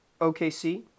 OKC